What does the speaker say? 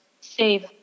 Save